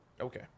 Okay